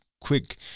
Quick